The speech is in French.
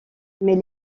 mais